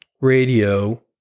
radio